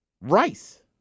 rice